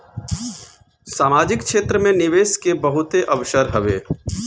सामाजिक क्षेत्र में निवेश के बहुते अवसर हवे